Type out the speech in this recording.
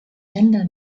gender